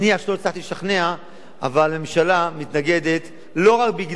אבל הממשלה מתנגדת לא רק בגלל הסכם קואליציוני,